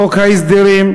חוק ההסדרים,